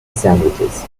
sandwiches